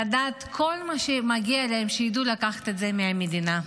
לדעת כל מה שמגיע להם, ושידעו לקחת את זה מהמדינה.